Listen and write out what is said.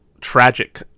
tragic